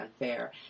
unfair